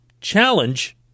challenge